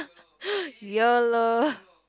yolo